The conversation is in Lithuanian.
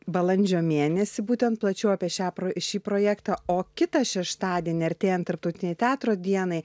balandžio mėnesį būtent plačiau apie šią pro šį projektą o kitą šeštadienį artėjant tarptautinei teatro dienai